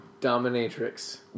dominatrix